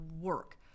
work